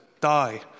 die